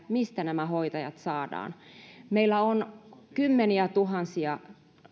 mistä nämä hoitajat saadaan meillä on kymmeniätuhansia